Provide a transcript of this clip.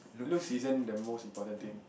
looks isn't the most important thing